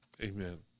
Amen